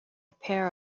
pair